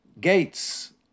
gates